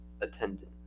attendant